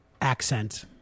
accent